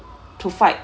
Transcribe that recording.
to fight